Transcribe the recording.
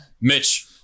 Mitch